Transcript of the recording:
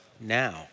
Now